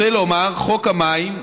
רוצה לומר, חוק המים,